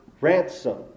ransom